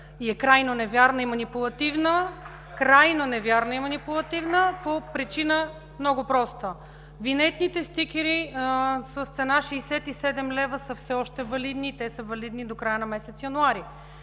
Крайно невярна и манипулативна по причина много проста – винетните стикери с цена 67 лв. са все още валидни. Те са валидни до края на месец януари,